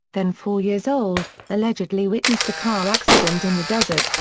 then four years old, allegedly witnessed a car accident in the desert,